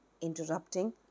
Interrupting